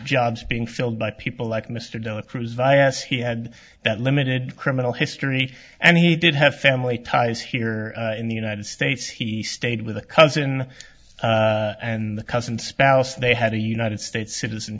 jobs being filled by people like mr della cruz vi as he had that limited criminal history and he did have family ties here in the united states he stayed with a cousin and the cousin spouse they had a united states citizen